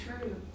true